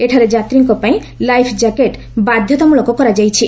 ଏଠାରେ ଯାତ୍ରୀଙ୍କ ପାଇଁ ଲାଇଫ୍ କ୍ୟାକେଟ୍ ବାଧତାମୂଳକ କରାଯାଇଛି